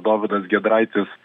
dovydas giedraitis